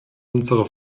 unsere